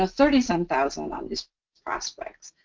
ah thirty some thousand on these prospects.